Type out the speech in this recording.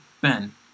Ben